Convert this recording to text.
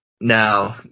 Now